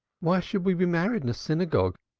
why should we be married in a synagogue?